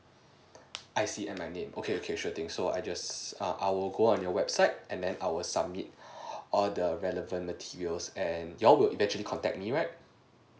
I_C and my name okay okay sure thing so I'll just err I will go on your website then I will submit all the relevant materials and you will eventually contact me right